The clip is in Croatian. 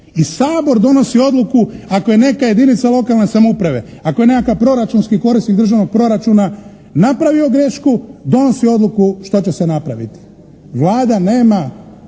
I Sabor donosi odluku ako je neka jedinica lokalne samouprave, ako je nekakav proračunski korisnik državnog proračuna napravio grešku, donosi odluku što će se napraviti. Vlada nema